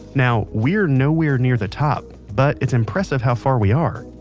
now, we're nowhere near the top, but it's impressive how far we are.